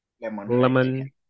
lemon